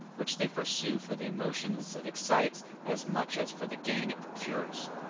which they pursue for the emotions it excites as much as for the gain it procures.